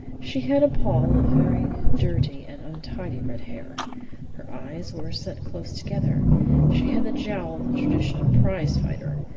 she had a poll of very dirty and untidy red hair her eyes were set close together she had the jowl of the traditional prize-fighter.